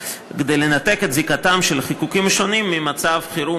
כדי לנתק את זיקתם של חיקוקים שונים ממצב חירום,